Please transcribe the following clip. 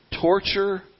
torture